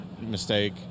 mistake